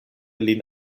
lin